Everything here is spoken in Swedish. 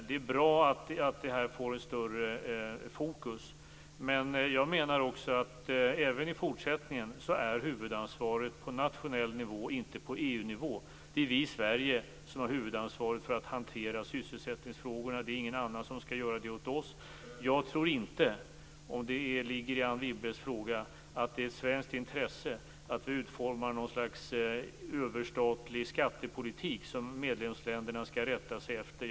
Det är bra att man fokuserar mer på detta, men jag menar också att huvudansvaret även i fortsättningen ligger på nationell nivå och inte på EU-nivå. Det är vi i Sverige som har huvudansvaret för att hantera sysselsättningsfrågorna. Ingen annan skall göra det åt oss. Jag tror inte, om nu detta ligger underförstått i Anne Wibbles fråga, att det är av svenskt intresse att utforma något slags överstatlig skattepolitik som medlemsländerna skall rätta sig efter.